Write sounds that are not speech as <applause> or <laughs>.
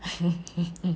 <laughs>